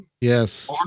yes